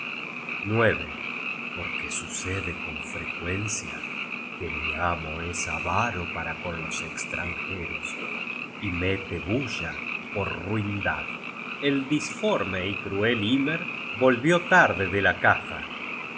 marmitas porque sucede con frecuencia que mi amo es avaro para con los estranjeros y mete bulla por ruindad el disforme y cruel hymer volvió tarde de la caza